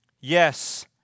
yes